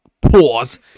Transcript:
Pause